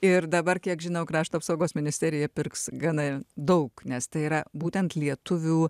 ir dabar kiek žinau krašto apsaugos ministerija pirks gana daug nes tai yra būtent lietuvių